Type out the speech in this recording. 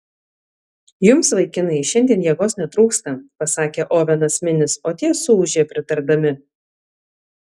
jums vaikinai šiandien jėgos netrūksta pasakė ovenas minis o tie suūžė pritardami